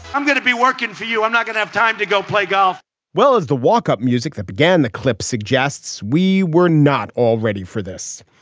i'm going to be working for you. i'm not going to have time to go play golf well as the walk up music that began the clip suggests we were not all ready for this.